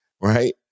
Right